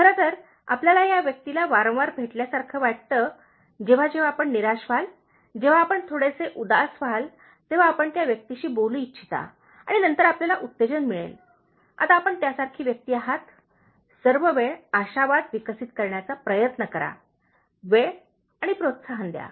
खरे तर आपल्याला या व्यक्तीला वारंवार भेटल्यासारखे वाटते जेव्हा जेव्हा आपण निराश व्हाल जेव्हा आपण थोडेसे उदास व्हाल तेव्हा आपण त्या व्यक्तीशी बोलू इच्छिता आणि नंतर आपल्याला उत्तेजन मिळेल आता आपण त्यासारखी व्यक्ती आहात सर्व वेळ आशावाद विकसित करण्याचा प्रयत्न करा वेळ आणि प्रोत्साहन द्या